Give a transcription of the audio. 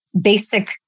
basic